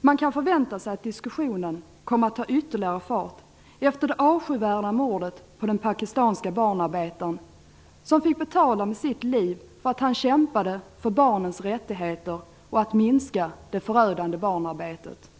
Man kan förvänta sig att diskussionen kommer att ta ytterligare fart efter det avskyvärda mordet på den pakistanska barnarbetaren, som fick betala med sitt liv för att han kämpade för barnens rättigheter och för en minskning av det förödande barnarbetet.